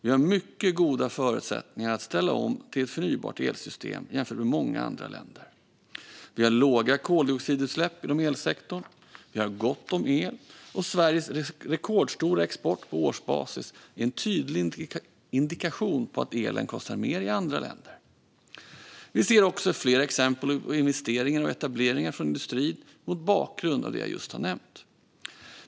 Vi har mycket goda förutsättningar att ställa om till ett förnybart elsystem jämfört med många andra länder. Vi har låga koldioxidutsläpp inom elsektorn. Vi har gott om el, och Sveriges rekordstora export på årsbasis är en tydlig indikation på att elen kostar mer i andra länder. Vi ser också flera exempel på investeringar och etableringar från industrin mot bakgrund av det jag just har nämnt.